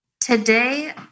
Today